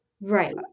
Right